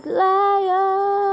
liar